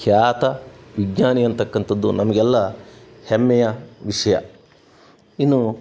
ಖ್ಯಾತ ವಿಜ್ಞಾನಿ ಅನ್ನತಕ್ಕಂಥದ್ದು ನಮಗೆಲ್ಲ ಹೆಮ್ಮೆಯ ವಿಷಯ ಇನ್ನೂ